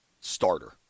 starter